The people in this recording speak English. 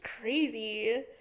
crazy